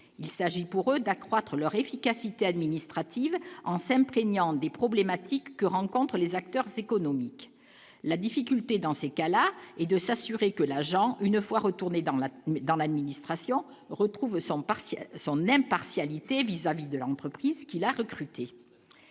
il s'agit pour eux d'accroître leur efficacité administrative en s'imprégnant des problématiques que rencontrent les acteurs économiques, la difficulté, dans ces cas-là, et de s'assurer que l'argent une fois retourner dans la dans l'administration, retrouve son partielle son impartialité vis-à-vis de l'entreprise qui l'a recruté